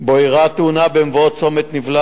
שבו אירעה התאונה, במבואות צומת-נבלט,